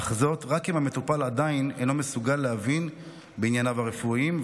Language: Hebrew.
אך זאת רק אם המטופל עדיין אינו מסוגל להבין בענייניו הרפואיים.